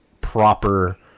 proper